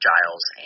Giles